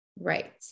Right